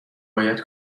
باید